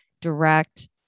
direct